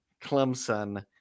Clemson